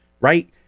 right